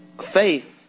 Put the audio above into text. faith